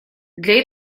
для